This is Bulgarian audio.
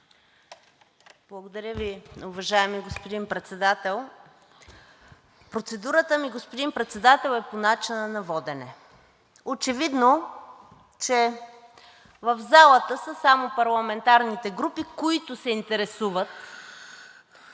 Благодаря Ви, уважаеми господин Председател. Процедурата ми, господин Председател, е по начина на водене. Очевидно, че в залата са само парламентарните групи, които се интересуват